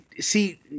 see